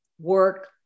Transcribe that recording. work